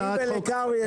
לי ולקרעי יש הצעת חוק.